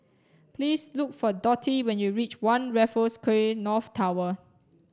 please look for Dotty when you reach One Raffles Quay North Tower